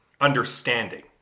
understanding